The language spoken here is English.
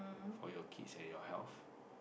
for your kids and your health